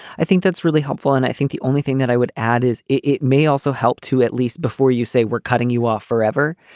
i think that's really helpful. and i think the only thing that i would add is it may also help to at least before you say we're cutting you off forever,